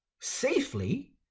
safely